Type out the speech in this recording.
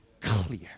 clear